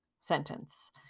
sentence